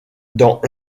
dans